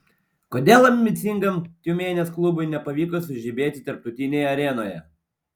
kodėl ambicingam tiumenės klubui nepavyko sužibėti tarptautinėje arenoje